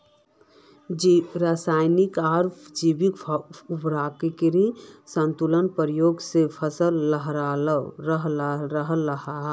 राशयानिक आर जैविक उर्वरकेर संतुलित प्रयोग से फसल लहलहा